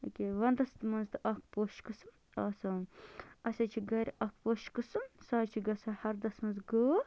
ییٚکیٛاہ وَنٛدَس منٛز تہِ اَکھ پوشہٕ قٔسٕم آسان اَسہِ حظ چھِ گَرِ اَکھ پوشہٕ قٕسٕم سُہ حظ چھِ گژھان ہردَس منٛز غٲب